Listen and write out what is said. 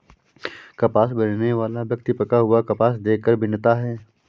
कपास बीनने वाला व्यक्ति पका हुआ कपास देख कर बीनता है